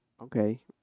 okay